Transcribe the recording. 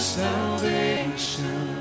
salvation